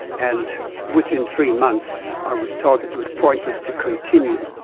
and within three months i was told it was pointless to continue.